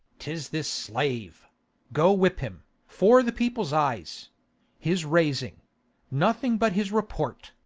tis this slave go whip him fore the people's eyes his raising nothing but his report.